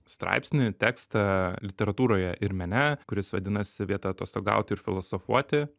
straipsnį tekstą literatūroje ir mene kuris vadinasi vieta atostogauti ir filosofuoti